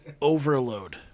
overload